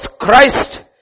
Christ